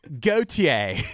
Gautier